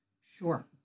Sure